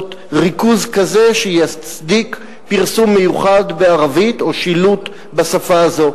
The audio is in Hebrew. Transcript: ריכוז כזה שיצדיק פרסום מיוחד בערבית או שילוט בשפה הזו,